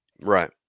right